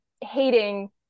hating